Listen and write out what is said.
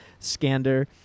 Scander